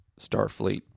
Starfleet